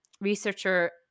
researcher